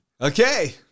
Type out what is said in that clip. Okay